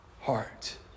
heart